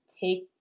take